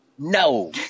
No